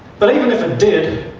but even if it did,